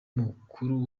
umukuru